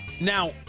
Now